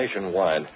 nationwide